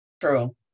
True